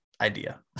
idea